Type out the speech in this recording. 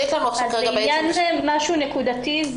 זה משהו נקודתי.